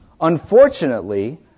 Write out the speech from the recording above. Unfortunately